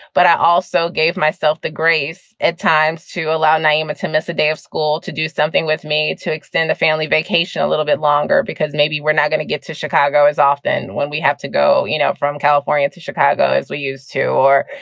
but i also gave myself the grace at times to allow naima to miss a day of school, to do something with me, to extend the family vacation a little bit longer, because maybe we're not going to get to chicago as often when we have to go you know from california to chicago as we used to or,